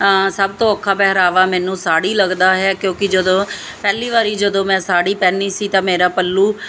ਸਭ ਤੋਂ ਔਖਾ ਪਹਿਰਾਵਾ ਮੈਨੂੰ ਸਾੜੀ ਲੱਗਦਾ ਹੈ ਕਿਉਂਕਿ ਜਦੋਂ ਪਹਿਲੀ ਵਾਰੀ ਜਦੋਂ ਮੈਂ ਸਾੜੀ ਪੈਨੀ ਸੀ ਤਾਂ ਮੇਰਾ ਪੱਲੂ